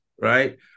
right